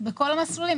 בכל המסלולים.